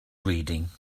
reading